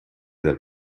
dal